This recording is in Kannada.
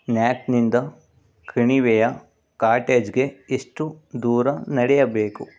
ನ್ಯಾಕ್ನಿಂದ ಕಣಿವೆಯ ಕಾಟೇಜ್ಗೆ ಎಷ್ಟು ದೂರ ನಡೆಯಬೇಕು